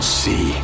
see